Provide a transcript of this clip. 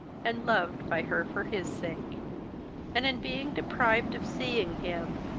and loved by her for his sake and, in being deprived of seeing him,